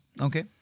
okay